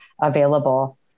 available